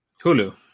Hulu